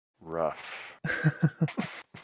rough